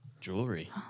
Jewelry